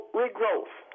regrowth